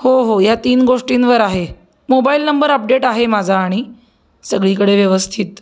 हो हो ह्या तीन गोष्टींवर आहे मोबाईल नंबर अपडेट आहे माझा आणि सगळीकडे व्यवस्थित